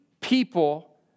people